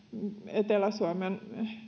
etelä suomen